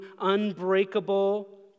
unbreakable